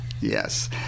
Yes